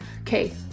okay